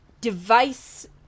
device